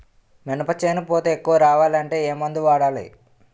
మినప చేను పూత ఎక్కువ రావాలి అంటే ఏమందు వాడాలి?